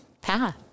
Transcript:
path